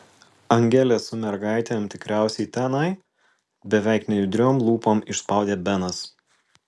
angelė su mergaitėm tikriausiai tenai beveik nejudriom lūpom išspaudė benas